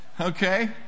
Okay